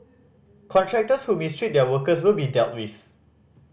contractors who mistreat their workers will be dealt with